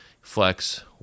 flex